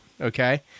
Okay